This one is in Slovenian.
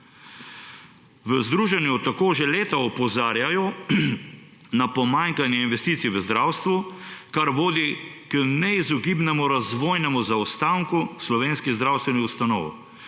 V združenju tako že leta opozarjajo na pomanjkanje investicij v zdravstvu, kar vodi k neizogibnemu razvojnemu zaostanku slovenskih zdravstvenih ustanov.